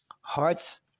Hearts